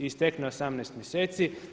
Istekne 18 mjeseci.